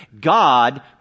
God